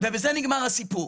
ובזה נגמר הסיפור.